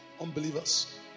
unbelievers